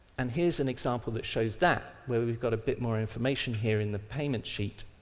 and here's an example that shows that where we've got a bit more information here in the payment sheet,